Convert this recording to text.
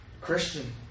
Christian